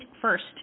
first